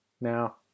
now